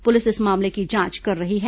police इस मामले की जांच कर रही है